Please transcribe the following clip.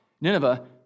Nineveh